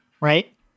right